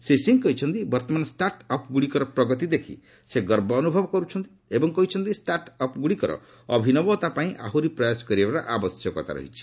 ଶ୍ରୀ ସିଂହ କହିଛନ୍ତି ବର୍ଭମାନ ଷ୍ଟାର୍ଟ ଅପ୍ଗୁଡ଼ିକର ପ୍ରଗତି ଦେଖି ସେ ଗର୍ବ ଅନୁଭବ କର୍ତ୍ଛନ୍ତି ଏବଂ କହିଛନ୍ତି ଷ୍ଟାର୍ଟ ଅପ୍ଗୁଡ଼ିକର ଅଭିନବତାପାଇଁ ଆହୁରି ପ୍ରୟାସ କରିବାର ଆବଶ୍ୟକତା ରହିଛି